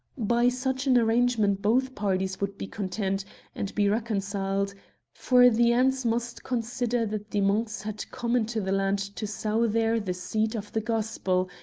by such an arrangement both parties would be content and be reconciled for the ants must consider that the monks had come into the land to sow there the seed of the gospel,